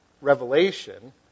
Revelation